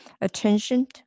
attention